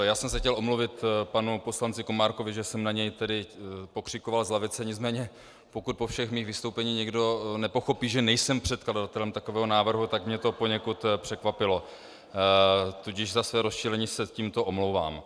Já jsem se chtěl omluvit panu poslanci Komárkovi, že jsem na něj tedy pokřikoval z lavice, nicméně pokud po všech mých vystoupeních někdo nepochopí, že nejsem předkladatelem takového návrhu, tak mě to poněkud překvapilo, tudíž za své rozčilení se tímto omlouvám.